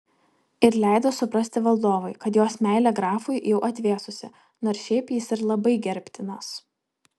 ir leido suprasti valdovui kad jos meilė grafui jau atvėsusi nors šiaip jis ir labai gerbtinas